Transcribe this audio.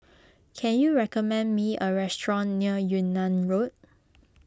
can you recommend me a restaurant near Yunnan Road